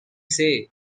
say